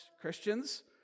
Christians